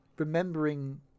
Remembering